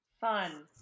Fun